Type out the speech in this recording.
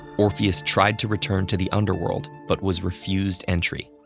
orpheus tried to return to the underworld, but was refused entry.